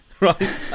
Right